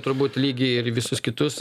turbūt lygiai ir visus kitus